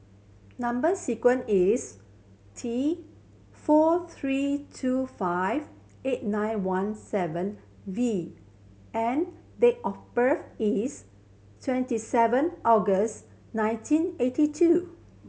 number sequence is T four three two five eight nine one seven V and date of birth is twenty seven August nineteen eighty two